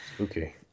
Okay